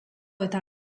eta